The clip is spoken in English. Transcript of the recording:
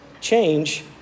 change